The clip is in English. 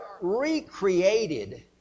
recreated